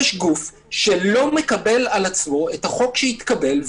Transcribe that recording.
יש גוף שלא מקבל על עצמו את החוק שהתקבל,